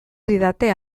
didate